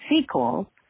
sequel